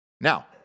Now